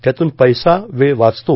त्यातून पैसा वेळ वाचतो